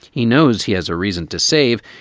he knows he has a reason to save.